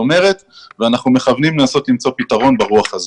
אומרת ואנחנו מכוונים למצוא פתרון ברוח הזאת.